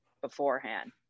beforehand